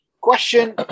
Question